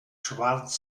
schwarz